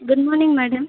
good morning madam